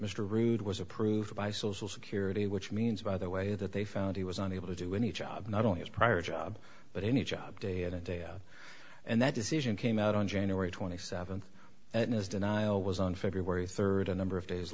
mr rood was approved by social security which means by the way that they found he was unable to do any job not only his prior job but any job day in and day out and that decision came out on january twenty seventh and his denial was on february third a number of days